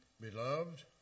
Beloved